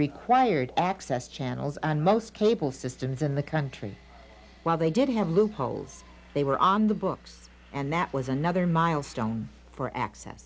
required access channels and most cable systems in the country while they did have loopholes they were on the books and that was another milestone for access